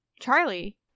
Charlie